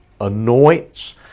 anoints